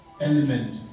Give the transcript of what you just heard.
element